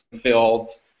fields